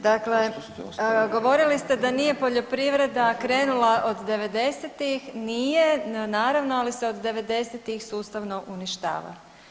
Dakle, govorili ste da nije poljoprivreda krenula od 90-tih, nije, no naravno ali se od 90-tih sustavno uništava.